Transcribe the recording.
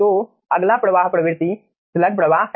तो अगला प्रवाह प्रवृत्ति स्लग प्रवाह है